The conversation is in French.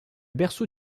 berceau